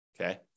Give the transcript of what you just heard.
Okay